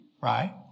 right